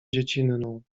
dziecinną